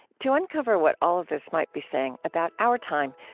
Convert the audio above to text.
to uncover what all of this might be saying about our time,